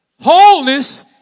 Wholeness